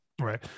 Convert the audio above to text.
Right